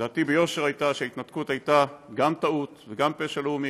דעתי ביושר הייתה שההתנתקות הייתה גם טעות וגם פשע לאומי,